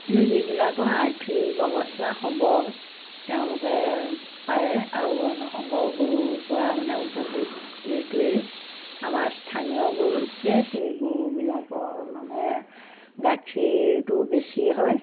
কিন্তু যিবিলাকৰ আৰ্থিক অৱস্থা সবল তেওঁলোকে পাৰে আৰু বৰ্ণসংকৰ গৰুৰপৰা মানে উপকৃত এইটোৱেই আমাৰ স্থানীয় গৰুতকৈ সেই গৰুবিলাকৰ মানে গাখীৰটো বেছি হয়